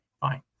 fine